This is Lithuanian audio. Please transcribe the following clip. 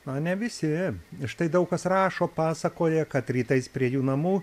na ne visi štai daug kas rašo pasakoja kad rytais prie jų namų